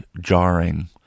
jarring